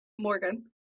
Morgan